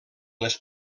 les